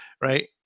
right